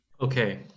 Okay